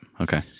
Okay